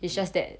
mm